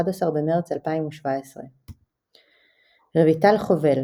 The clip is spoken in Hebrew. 11 במרץ 2017 רויטל חובל,